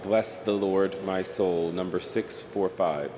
bless the lord my soul number six for five